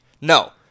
No